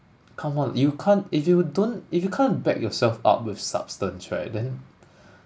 come on you can't if you don't if you can't back yourself up with substance right then